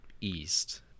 east